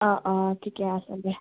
অঁ অঁ ঠিকে আছেগৈ